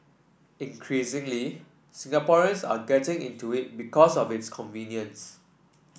increasingly Singaporeans are getting into it because of its convenience